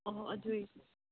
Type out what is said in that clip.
ꯑꯣ ꯑꯗꯨ ꯑꯣꯏꯗꯤ